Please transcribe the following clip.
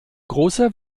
großer